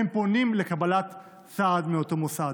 הם פונים לקבלת סעד מאותו מוסד,